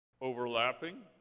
overlapping